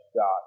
God